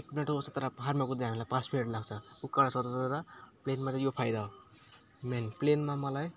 एक मिनेटमा तर पाहाडमा कुद्दा हामीलाई पाँच मिनेट लाग्छ उकालो चढ्दा चढ्दा प्लेनमा त यो फाइदा हो मेन प्लेनमा मलाई